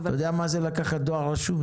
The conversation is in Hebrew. אתה יודע מה זה לקחת דואר רשום?